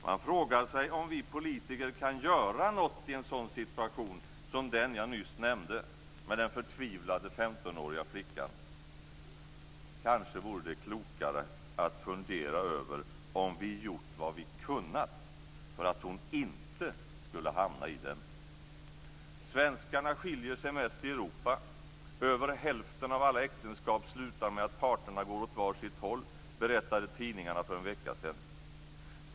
Man frågar sig om vi politiker kan göra något i en sådan situation som den jag nyss nämnde med den förtvivlade 15-åriga flickan. Kanske vore det klokare att fundera över om vi gjort vad vi kunnat för att hon inte skulle hamna i den. Svenskarna skiljer sig mest i Europa. Över hälften av alla äktenskap slutar med att parterna går åt var sitt håll, berättade tidningarna för en vecka sedan.